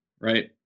right